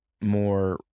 more